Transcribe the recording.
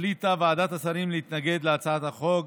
החליטה ועדת השרים להתנגד להצעת החוק,